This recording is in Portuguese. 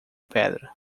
pedra